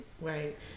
Right